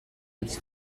its